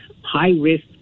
high-risk